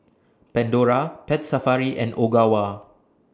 Pandora Pet Safari and Ogawa